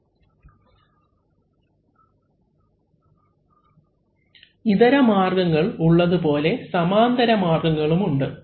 അവലംബിക്കുന്ന സ്ലൈഡ് സമയം 1101 ഇതരമാർഗങ്ങൾ ഉള്ളതുപോലെ സമാന്തര മാർഗ്ഗങ്ങളുമുണ്ട്